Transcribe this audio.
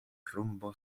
rumbo